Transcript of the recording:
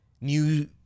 new